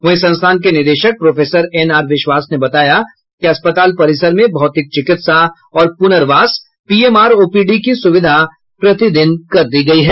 वहीं संस्थान के निदेशक प्रोफेसर एनआर विश्वास ने बताया कि अस्पताल परिसर में भौतिक चिकित्सा और पुर्नवास पीएमआर ओपीडी की सुविधा प्रतिदिन कर दी गयी है